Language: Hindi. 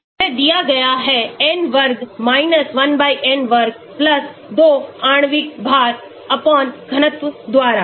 यह दिया गया है n वर्ग 1n वर्ग 2 आणविक भार घनत्व द्वारा